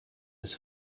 his